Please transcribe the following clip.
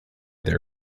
their